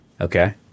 Okay